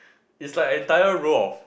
is like entire row of